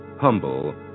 humble